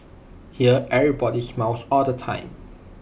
here everybody smiles all the time